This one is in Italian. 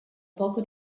poco